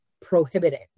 prohibited